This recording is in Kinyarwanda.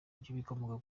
by’ibikomoka